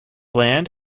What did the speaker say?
land